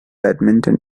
badminton